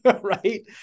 right